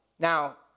Now